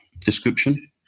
description